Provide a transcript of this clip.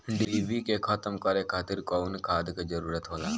डिभी के खत्म करे खातीर कउन खाद के जरूरत होला?